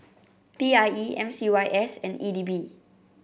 P I E M C Y S and E D B